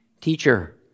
Teacher